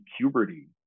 puberty